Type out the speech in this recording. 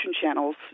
channels